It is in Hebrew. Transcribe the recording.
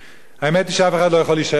האמת היא שאף אחד לא יכול להישאר אדיש